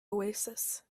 oasis